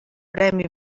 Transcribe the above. premi